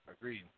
agreed